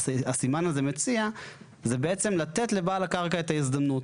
שהסימן הזה מציע זה בעצם לתת לבעל הקרקע את ההזדמנות.